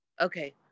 okay